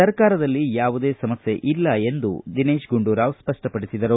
ಸರ್ಕಾರದಲ್ಲಿ ಯಾವುದೇ ಸಮಸ್ಥೆಯಿಲ್ಲ ಎಂದು ಸ್ಪಪ್ಟಪಡಿಸಿದರು